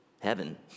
heaven